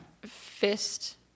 fist